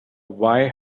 why